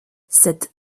cette